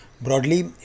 broadly